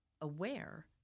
aware